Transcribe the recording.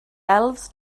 elves